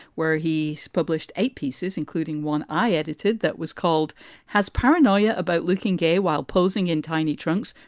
where he published eight pieces, including one i edited that was called has paranoia about looking gay while posing in tiny trunks,